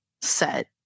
set